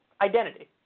Identity